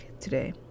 today